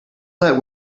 let